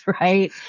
right